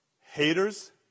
haters